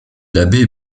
l’abbé